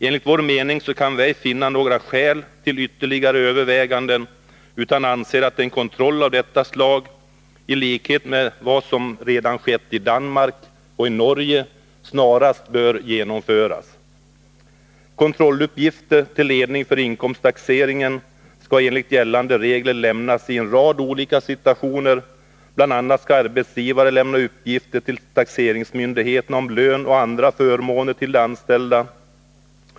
Enligt vår mening kan det ej finnas några skäl till ytterligare överväganden, och vi anser därför att en kontroll av detta slag, i likhet med vad som redan skett i Danmark och Norge, snarast bör genomföras. Kontrolluppgifter till ledning för inkomsttaxeringen skall enligt gällande regler lämnas i en rad olika situationer. Bl. a. skall arbetsgivaren lämna uppgifter till taxeringsmyndigheterna om lön och andra förmåner till de anställda.